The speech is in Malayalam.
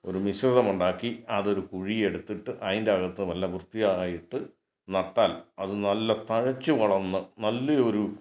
ഒരു മിശ്രിതമുണ്ടാക്കി അതൊരു കുഴി എടുത്തിട്ട് അതിൻറ്റകത്ത് നല്ല വൃത്തിയായിട്ട് നട്ടാൽ അത് നല്ല തഴച്ച് വളർന്ന് നല്ലയൊരു